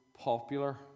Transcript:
popular